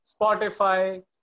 Spotify